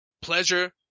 Pleasure